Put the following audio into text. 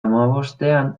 hamabostean